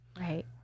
Right